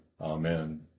Amen